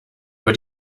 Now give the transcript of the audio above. über